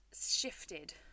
shifted